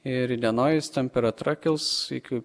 ir įdienojus temperatūra kils iki